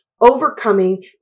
overcoming